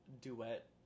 duet